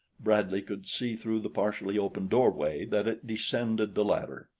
bradley could see through the partially open doorway that it descended the ladder.